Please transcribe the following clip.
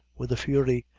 with a fury,